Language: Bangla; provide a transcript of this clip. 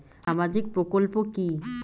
সামাজিক প্রকল্প কি?